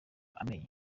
amenyo